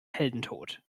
heldentod